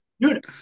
dude